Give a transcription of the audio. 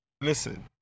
Listen